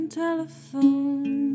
telephone